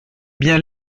bien